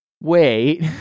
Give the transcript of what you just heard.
wait